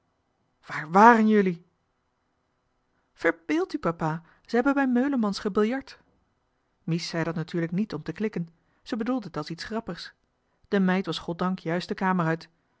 waar wàren jullie verbeeld u papa ze hebben bij meulemans gebiljart mies zei dat natuurlijk niet om te klikken zij bedoelde het als iets grappigs de meid was goddank juist de kamer uit